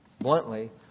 bluntly